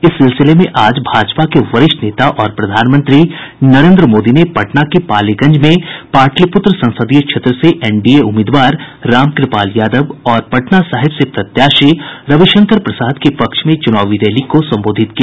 इस सिलसिले में आज भारतीय जनता पार्टी के वरिष्ठ नेता और प्रधानमंत्री नरेन्द्र मोदी ने पटना के पालीगंज में पाटलिपुत्र संसदीय क्षेत्र से एनडीए उम्मीदवार रामकृपाल यादव और पटना साहिब से प्रत्याशी रविशंकर प्रसाद के पक्ष में चुनावी रैली को संबोधित किया